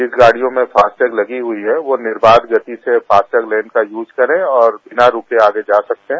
जिस गाडियों में फास्टैग लगी हुई है वह निर्वाध गति से फास्ट लेन का यूज करें और बिना रुके आगे जा सकते हैं